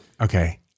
Okay